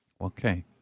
Okay